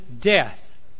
death